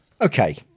okay